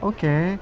Okay